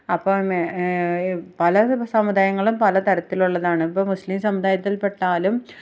അപ്പം പല സമുദായങ്ങളും പല തരത്തിലുള്ളതാണ് ഇപ്പം മുസ്ലിം സമുദായത്തിൽപ്പെട്ടാലും